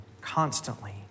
constantly